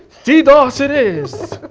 ddos it is,